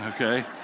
Okay